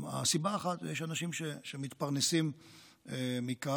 סיבה אחת, יש אנשים שמתפרנסים מכך.